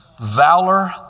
valor